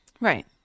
Right